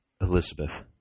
ELIZABETH